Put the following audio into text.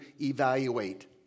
evaluate